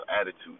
attitude